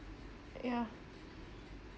yeah